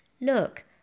look